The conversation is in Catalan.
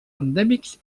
endèmics